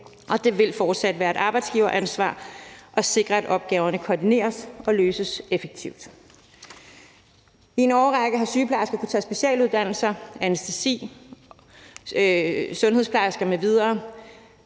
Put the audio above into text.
det vil fortsat være et arbejdsgiveransvar at sikre, at opgaverne koordineres og løses effektivt. I en årrække har sygeplejersker kunnet tage specialuddannelser for at blive anæstesisygeplejerske,